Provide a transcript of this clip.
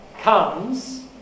comes